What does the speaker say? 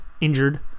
injured